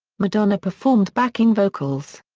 madonna performed backing vocals.